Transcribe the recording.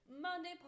monday